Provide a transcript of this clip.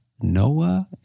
Noah